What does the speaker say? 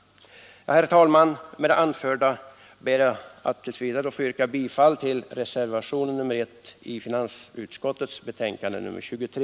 Herr talman! Med det anförda ber jag att få yrka bifall till reservationen 1 i finansutskottets betänkande nr 23.